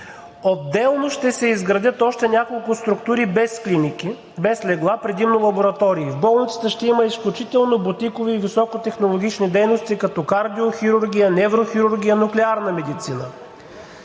отделно ще се изградят още няколко структури без клиники, без легла – предимно лаборатории. В болницата ще има изключително бутикови и високотехнологични дейности, като кардиохирургия, неврохирургия, нуклеарна медицина.